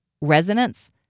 resonance